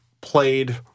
played